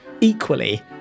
equally